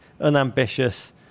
unambitious